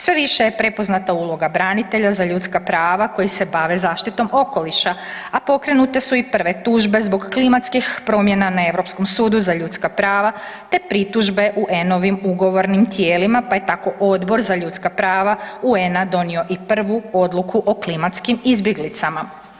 Sve više je prepoznata uloga branitelja za ljudska prava koji se bave zaštitom okoliša a pokrenute su i prve tužbe zbog klimatskih promjena na Europskom sudu za ljudska prava te pritužbe UN-ovim ugovornim tijelima pa je tako Odbor za ljudska prava UN-a donio i prvi odluku o klimatskim izbjeglicama.